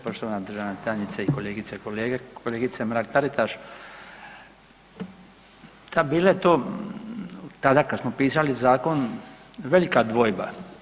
Poštovana državna tajnice i kolegice i kolege, kolegice Mrak Taritaš ta bilo je to tada kad smo pisali zakon velika dvojba.